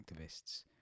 activists